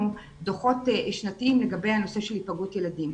דוחות שנתיים לגבי הנושא של היפגעות ילדים.